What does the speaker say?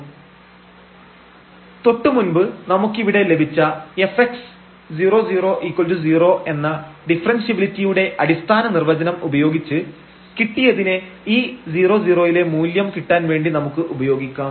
fx xy x2 y3y5 x2y22 xy≠000 xy00┤ തൊട്ടു മുൻപ് നമുക്കിവിടെ ലഭിച്ച fx000 എന്ന ഡിഫറെൻഷ്യബിലിറ്റിയുടെ അടിസ്ഥാന നിർവചനം ഉപയോഗിച്ച് കിട്ടിയതിനെ ഈ 00 ലെ മൂല്യം കിട്ടാൻ വേണ്ടി നമുക്ക് ഉപയോഗിക്കാം